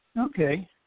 Okay